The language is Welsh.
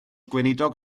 gweinidog